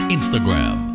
Instagram